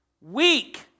weak